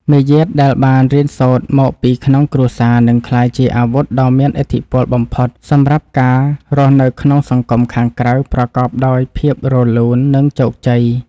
មារយាទដែលបានរៀនសូត្រមកពីក្នុងគ្រួសារនឹងក្លាយជាអាវុធដ៏មានឥទ្ធិពលបំផុតសម្រាប់ការរស់នៅក្នុងសង្គមខាងក្រៅប្រកបដោយភាពរលូន និង ជោគជ័យ។